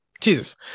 Jesus